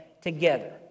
together